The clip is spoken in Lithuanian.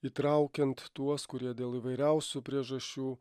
įtraukiant tuos kurie dėl įvairiausių priežasčių